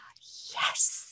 yes